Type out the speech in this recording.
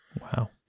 Wow